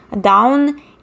down